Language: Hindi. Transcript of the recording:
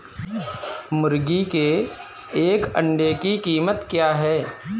मुर्गी के एक अंडे की कीमत क्या है?